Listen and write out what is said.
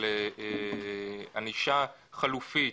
של ענישה חלופית.